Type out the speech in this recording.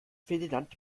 ferdinand